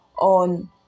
on